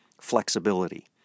flexibility